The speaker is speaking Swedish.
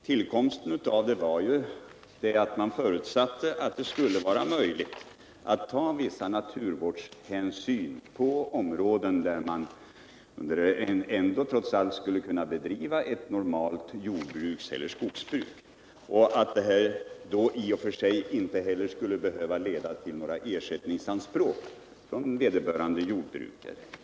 Vid dess tillkomst förutsatte man att det skulle vara möjligt att ta vissa naturvårdshänsyn på områden där man ändå trots allt skulle kunna bedriva ett normalt jordbruk eller skogsbruk. Inte heller skulle det behöva leda till några ersättningsanspråk från vederbörande jordbrukare.